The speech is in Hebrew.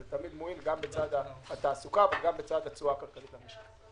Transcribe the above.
זה מועיל בצד התעסוקה ובצד התשואה הכלכלית למשק.